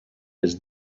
his